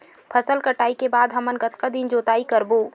फसल कटाई के बाद हमन कतका दिन जोताई करबो?